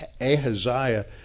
Ahaziah